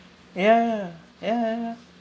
ya ya ya ya ya ya